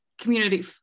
community